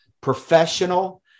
professional